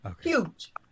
huge